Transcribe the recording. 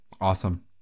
awesome